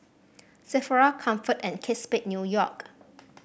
Sephora Comfort and Kate Spade New York